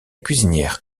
cuisinière